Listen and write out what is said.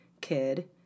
kid